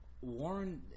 Warren